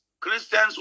Christians